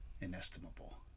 Inestimable